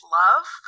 love